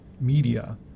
media